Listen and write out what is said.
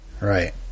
right